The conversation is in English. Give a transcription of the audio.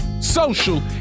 social